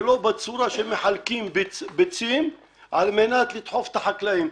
ולא בצורה שמחלקים ביצים על מנת לדחוף את החקלאים.